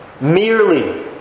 merely